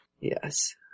Yes